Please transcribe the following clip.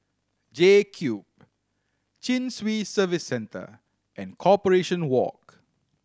JCube Chin Swee Service Centre and Corporation Walk